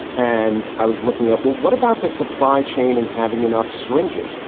and i was looking at, well, what about the supply chain and having enough syringes?